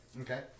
Okay